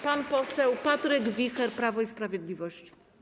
Pan poseł Patryk Wicher, Prawo i Sprawiedliwość.